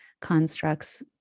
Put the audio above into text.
constructs